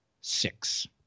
six